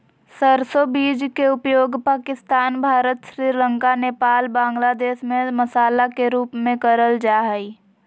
सरसो बीज के उपयोग पाकिस्तान, भारत, श्रीलंका, नेपाल, बांग्लादेश में मसाला के रूप में करल जा हई